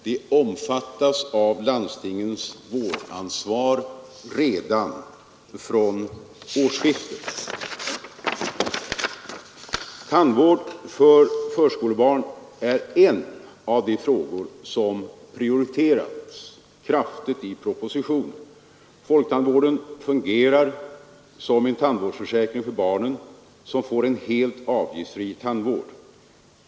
De omfattas av landstingens vårdansvar redan från årsskiftet. Tandvård för förskolebarn är en av de frågor som prioriteras kraftigt i propositionen. Folktandvården fungerar som en tandvårdsförsäkring för barnen, som får en helt avgiftsfri tandvård.